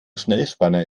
schnellspanner